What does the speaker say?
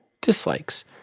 Dislikes